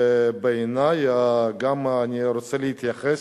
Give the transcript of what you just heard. אני רוצה להתייחס,